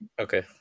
Okay